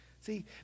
See